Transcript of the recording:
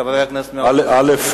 חברי הכנסת מהאופוזיציה,